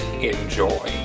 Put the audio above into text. enjoy